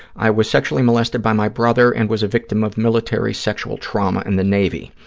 i was sexually molested by my brother and was a victim of military sexual trauma in the navy.